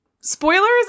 spoilers